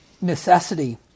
necessity